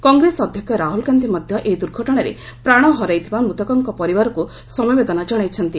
କଂଗ୍ରେସ ଅଧ୍ୟକ୍ଷ ରାହୁଲ୍ ଗାନ୍ଧି ମଧ୍ୟ ଏହି ଦୂର୍ଘଟଣାରେ ପ୍ରାଣ ହରାଇଥିବା ମୃତକଙ୍କ ପରିବାରକୁ ସମବେଦନା ଜଣାଇଛନ୍ତି